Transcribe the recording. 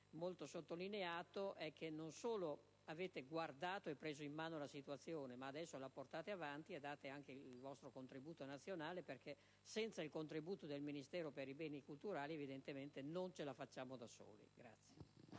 molto sottolineato - che non solo avete guardato e preso in mano la situazione, ma adesso la portate avanti e date anche il vostro contributo, perché senza il contributo del Ministero per i beni culturali le istituzioni locali da sole non ce